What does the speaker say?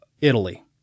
Italy